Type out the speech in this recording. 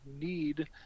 need